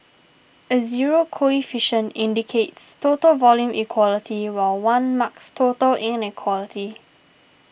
a zero coefficient indicates total equality while one marks total inequality